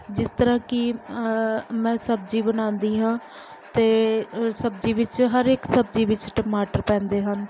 ਜਿਸ ਤਰ੍ਹਾਂ ਕਿ ਮੈਂ ਸਬਜ਼ੀ ਬਣਾਉਂਦੀ ਹਾਂ ਅਤੇ ਸਬਜ਼ੀ ਵਿੱਚ ਹਰ ਇੱਕ ਸਬਜ਼ੀ ਵਿੱਚ ਟਮਾਟਰ ਪੈਂਦੇ ਹਨ